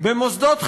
במוסדות חינוך,